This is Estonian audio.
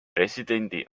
presidendi